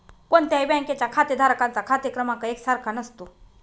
कोणत्याही बँकेच्या खातेधारकांचा खाते क्रमांक एक सारखा नसतो